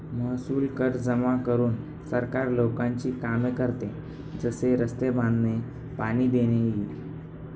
महसूल कर जमा करून सरकार लोकांची कामे करते, जसे रस्ते बांधणे, पाणी देणे इ